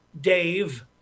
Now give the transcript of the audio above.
Dave